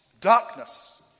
darkness